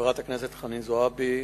חברת הכנסת חנין זועבי,